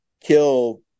kill